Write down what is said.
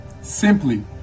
simply